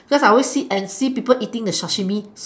cause I always see and see people eating the sashimi